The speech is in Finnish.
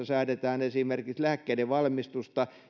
säädetään esimerkiksi lääkkeiden valmistusta